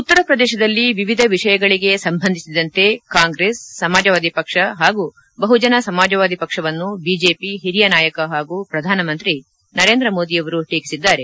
ಉತ್ತರಪ್ರದೇಶದಲ್ಲಿ ವಿವಿಧ ವಿಷಯಗಳಿಗೆ ಸಂಬಂಧಿಸಿದಂತೆ ಕಾಂಗ್ರೆಸ್ ಸಮಾಜವಾದಿ ಪಕ್ಷ ಹಾಗೂ ಬಹುಜನ ಸಮಾಜವಾದಿ ಪಕ್ಷವನ್ನು ಬಿಜೆಪಿ ಹಿರಿಯ ನಾಯಕ ಹಾಗೂ ಪ್ರಧಾನಮಂತ್ರಿ ನರೇಂದ್ರ ಮೋದಿಯವರು ಟೀಕಿಸಿದ್ದಾರೆ